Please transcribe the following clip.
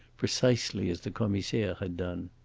precisely as the commissaire had done.